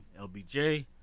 LBJ